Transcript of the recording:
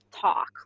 talk